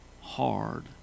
hard